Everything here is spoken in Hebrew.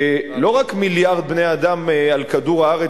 שלא רק מיליארד בני-אדם על כדור-הארץ,